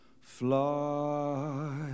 Fly